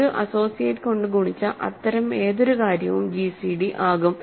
ഒരു അസോസിയേറ്റ് കൊണ്ട് ഗുണിച്ച അത്തരം ഏതൊരു കാര്യവും ജിസിഡി ആകും